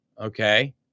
Okay